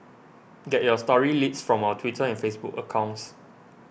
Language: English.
get your story leads from our Twitter and Facebook accounts